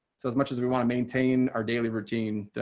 so as much as we want to maintain our daily routine.